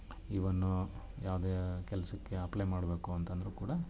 ಈವನ್ನು ಯಾವುದೇ ಕೆಲಸಕ್ಕೆ ಅಪ್ಲೆ ಮಾಡಬೇಕು ಅಂತಂದರೂ ಕೂಡ